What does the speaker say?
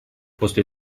после